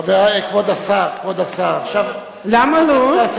חברי, כבוד השר, למה לא?